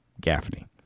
Gaffney